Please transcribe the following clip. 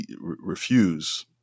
refuse